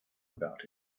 about